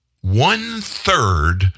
one-third